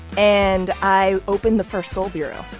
and i opened the first seoul bureau.